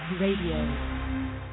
Radio